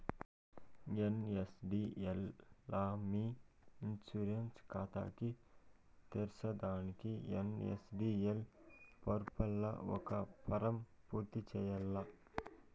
NSDL లా మీ insurance కాతాని తెర్సేదానికి ఎన్.ఎస్.డి.ఎల్ పోర్పల్ల ఒక ఫారం పూర్తి చేయాల్ల